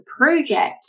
project